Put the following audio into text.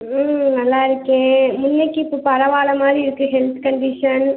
ம் நல்லாருக்கேன் முன்னக்கி இப்போ பரவாயில்லை மாதிரி இருக்கு ஹெல்த் கண்டீஷன்